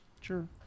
Sure